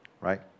right